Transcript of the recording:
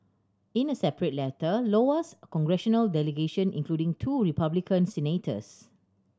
in a separate letter Iowa's congressional delegation including two Republican senators